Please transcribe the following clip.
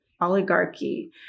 oligarchy